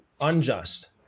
unjust